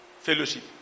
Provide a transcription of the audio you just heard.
fellowship